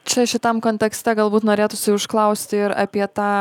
čia šitam kontekste galbūt norėtųsi užklausti ir apie tą